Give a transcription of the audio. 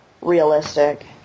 realistic